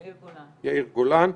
יאיר גולן.